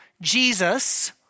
Jesus